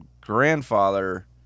grandfather